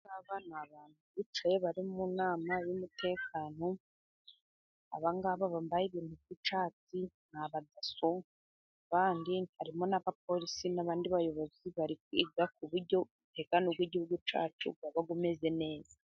Abangaba ni abantu bicaye bari mu nama y'umutekano, abangaba bambaye ibintu by'icyati ni abadaso kandi harimo n'abapolisi n'abandi bayobozi, bari kwiga ku buryo umutegano w'igihugu cyacu waba umeze neza.